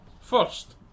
first